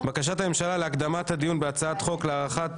הממשלה להקדמת הדיון בהצעת חוק להארכת